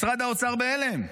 משרד האוצר בהלם.